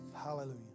hallelujah